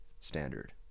standard